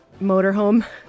motorhome